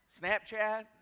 Snapchat